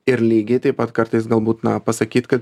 ir lygiai taip pat kartais galbūt na pasakyt kad